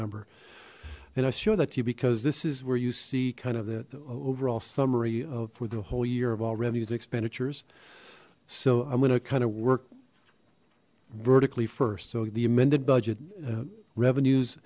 number and i show that to you because this is where you see kind of the overall summary of for the whole year of all revenues expenditures so i'm gonna kind of work vertically first so the amended budget revenues